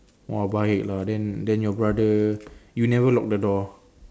!wah! baik lah then then your brother you never lock the door